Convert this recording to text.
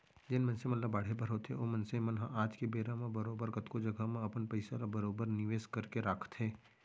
जेन मनसे मन ल बाढ़े बर होथे ओ मनसे मन ह आज के बेरा म बरोबर कतको जघा म अपन पइसा ल बरोबर निवेस करके राखथें